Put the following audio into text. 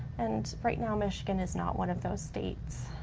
and right now michigan is not one of those states.